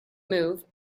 move